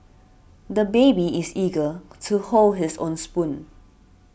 the baby is eager to hold his own spoon